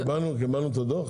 קיבלנו את הדוח?